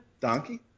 Donkey